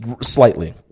slightly